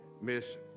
Miss